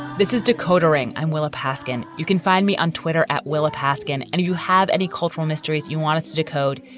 this is decoder ring. i'm willa paskin. you can find me on twitter at willa paskin. and do you have any cultural mysteries you want us to decode?